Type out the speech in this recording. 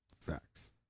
Facts